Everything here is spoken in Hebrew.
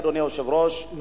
אדוני היושב-ראש,